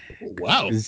Wow